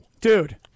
Dude